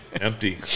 Empty